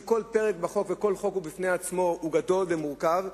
שכל פרק בחוק וכל חוק בפני עצמו הוא גדול ומורכב,